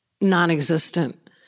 non-existent